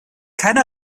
keine